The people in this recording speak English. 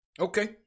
Okay